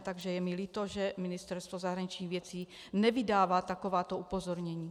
Takže je mi líto, že Ministerstvo zahraničních věcí nevydává takováto upozornění.